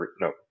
no